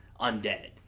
undead